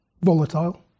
volatile